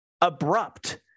abrupt